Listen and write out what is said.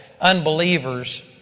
Unbelievers